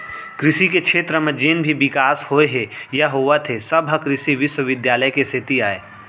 कृसि के छेत्र म जेन भी बिकास होए हे या होवत हे सब ह कृसि बिस्वबिद्यालय के सेती अय